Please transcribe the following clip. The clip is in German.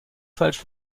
falsch